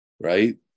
right